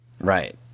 Right